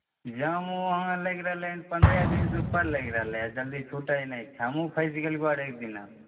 जाम ओ वहाँ लागि रहलै हन पनरह दिनसे उपर लागि रहलै हँ जल्दी छुटै नहि छै हमहूँ फसि गेलिअऽ रहै एकदिन